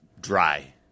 Dry